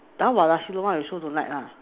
how about nasi-lemak you also don't like lah